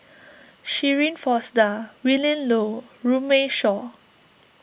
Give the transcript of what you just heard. Shirin Fozdar Willin Low and Runme Shaw